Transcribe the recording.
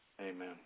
Amen